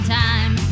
time